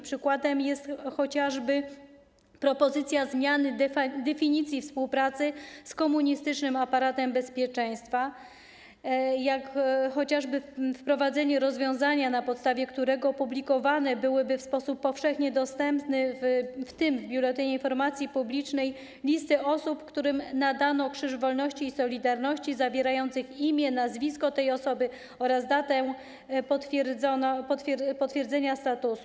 Przykładem jest chociażby propozycja zmiany definicji współpracy z komunistycznym aparatem bezpieczeństwa czy wprowadzenie rozwiązania, na podstawie którego publikowane byłyby w sposób powszechnie dostępny, w tym w Biuletynie Informacji Publicznej, listy osób, którym nadano Krzyż Wolności i Solidarności, zawierających imię, nazwisko tej osoby oraz datę potwierdzenia statusu.